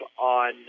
on